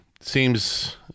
Seems